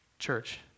Church